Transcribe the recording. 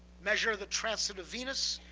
measure the transit of venus,